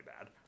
bad